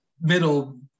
middle